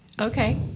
Okay